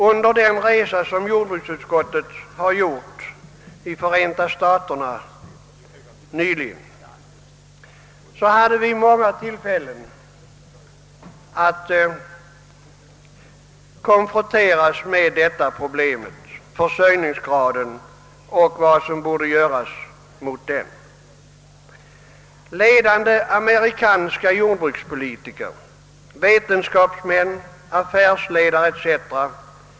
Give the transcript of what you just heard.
Under den resa, som jordbruksutskottet nyligen företagit i Förenta staterna, hade vi många tillfällen att konfronteras med frågan om försörjningsgraden och de åtgärder som borde vidtagas i detta sammanhang. Ledande amerikanska jordbrukspolitiker, vetenskapsmän, affärsledare etc.